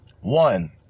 One